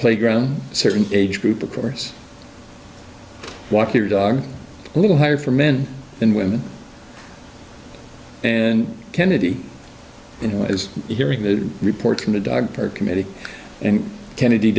playground certain age group of course walk your dog a little higher for men than women and kennedy and who is hearing the reports from the dog park committee and kennedy